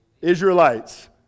Israelites